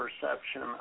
perception